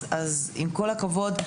אז עם כל הכבוד,